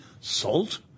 salt